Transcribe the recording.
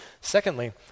Secondly